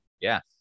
Yes